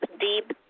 deep